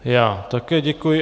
Já také děkuji.